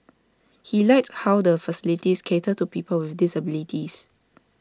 he liked how the facilities cater to people with disabilities